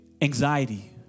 anxiety